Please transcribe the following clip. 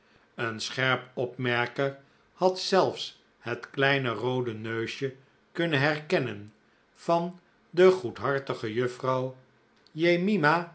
een scherp opmerker had zelfs het kleine roode neusje kunnen herkennen van de goedhartige juffrouw jemima